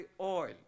oil